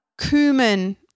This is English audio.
cumin